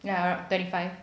ya aro~ twenty five